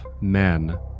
men